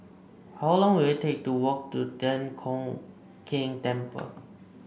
how long will it take to walk to Thian Hock Keng Temple